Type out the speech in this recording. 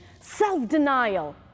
self-denial